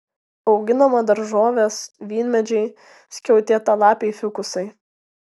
auginama daržovės vynmedžiai skiautėtalapiai fikusai